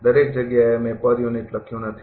દરેક જગ્યાએ મેં પર યુનિટ લખ્યું નથી